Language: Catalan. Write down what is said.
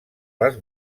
les